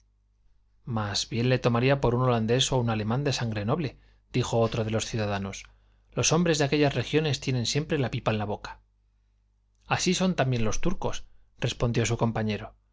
mas bien le tomaría por un holandés o un alemán de sangre noble dijo otro de los ciudadanos los hombres de aquellas regiones tienen siempre la pipa en la boca así son también los turcos respondió su compañero